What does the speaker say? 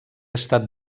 estat